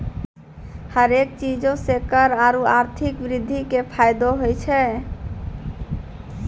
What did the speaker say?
हरेक चीजो से कर आरु आर्थिक वृद्धि के फायदो होय छै